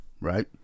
Right